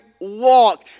walk